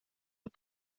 but